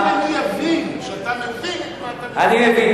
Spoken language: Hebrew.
אם הוא יבין שאתה מבין את מה שאתה מציע, אני מבין.